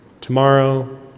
tomorrow